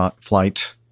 flight